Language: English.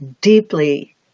deeply